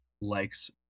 likes